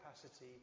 capacity